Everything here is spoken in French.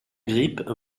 grippe